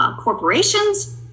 corporations